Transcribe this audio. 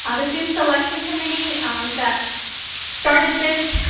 ah the student selection committee that started this,